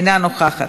אינה נוכחת.